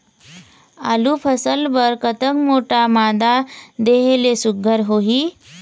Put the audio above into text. आलू फसल बर कतक मोटा मादा देहे ले सुघ्घर होही?